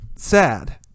sad